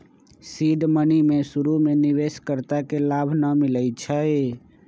seed money में शुरु में निवेश कर्ता के लाभ न मिलै छइ